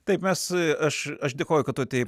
taip mes aš aš dėkoju kad tu atėjai